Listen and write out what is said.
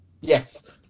Yes